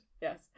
yes